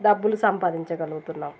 డబ్బులు సంపాదించగలుగుతున్నాం